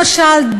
למשל,